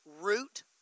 root